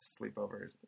Sleepovers